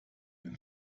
den